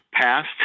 passed